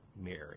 mary